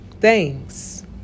Thanks